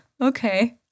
Okay